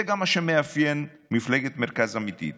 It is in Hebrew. זה גם מה שמאפיין מפלגת מרכז אמיתית,